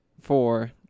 four